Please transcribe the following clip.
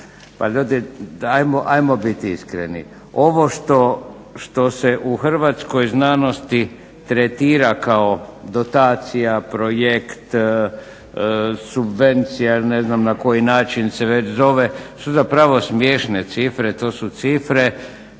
novaca? Hajmo biti iskreni. Ovo što se u hrvatskoj znanosti tretira kao dotacija, projekt, subvencija jer ne znam na koji način se već zove su zapravo smiješne cifre. To su cifre